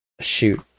Shoot